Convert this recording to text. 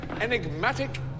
enigmatic